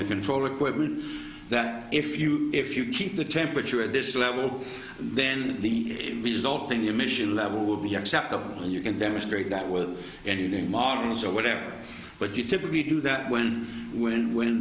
the control equipment that if you if you keep the temperature at this level then the resulting emission level will be acceptable and you can demonstrate that with anything models or whatever but you typically do that when when when